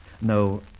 No